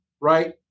right